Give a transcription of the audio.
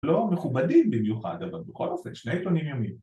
‫לא מכובדים במיוחד, ‫אבל בכל אופן, שני עיתונים יומיים.